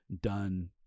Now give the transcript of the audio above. done